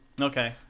Okay